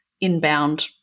inbound